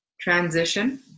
transition